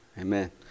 amen